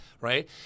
right